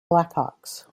blackhawks